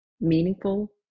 meaningful